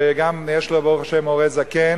שגם יש לו, ברוך השם, הורה זקן,